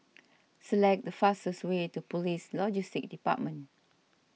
select the fastest way to Police Logistics Department